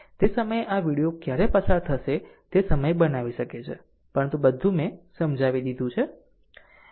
તે સમયે આ વિડિઓ ક્યારે પસાર થશે તે સમયે બનાવી શકે છે પરંતુ બધું મેં સમજાવી દીધું છે